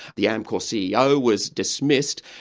the amcor ceo was dismissed,